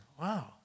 Wow